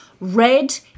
Red